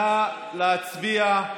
נא להצביע.